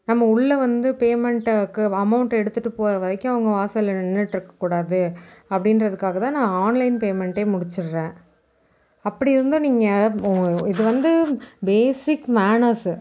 நம்ம உள்ளே வந்து பேமெண்டுக்கு அமோண்ட் எடுத்துகிட்டு போகிற வரைக்கும் அவங்க வாசலில் நின்றுட்ருக்கக்கூடாது அப்படின்றதுக்காக தான் நான் ஆன்லைன் பேமெண்ட்டே முடிச்சுடுறேன் அப்படி இருந்தும் நீங்கள் இது வந்து பேசிக் மேனர்ஸ்